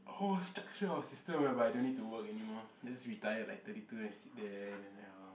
whole structure or system whereby I don't need to work anymore just retire like thirty two years and sit there then orh